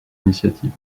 initiative